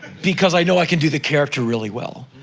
because i know i can do the character really well.